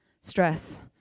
Stress